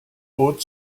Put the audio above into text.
haute